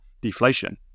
deflation